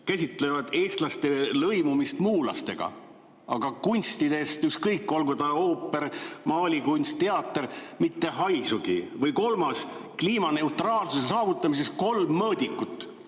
käsitlevad eestlaste lõimumist muulastega. Aga kunstidest, olgu ta ooper, maalikunst, teater – mitte haisugi. Või kolmas: kliimaneutraalsuse saavutamiseks kolm mõõdikut.